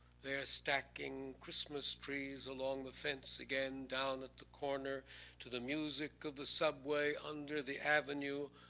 they're stacking christmas trees along the fence again down at the corner to the music of the subway under the avenue,